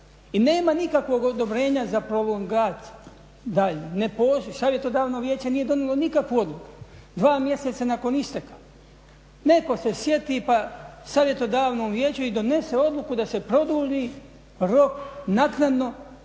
i nema nikakvog odobrenja za prolongat daljnji, ne postoji, savjetodavno vijeće nije donijelo nikakvu odluku, 2 mjeseca nakon isteka netko se sjeti u savjetodavnom vijeću i donese odluku da se produlji rok naknadno